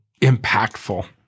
impactful